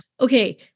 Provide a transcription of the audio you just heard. okay